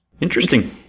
interesting